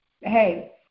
hey